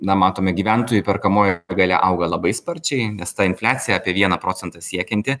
na matome gyventojų perkamoji galia auga labai sparčiai nes ta infliacija apie vieną procentą siekianti